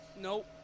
Nope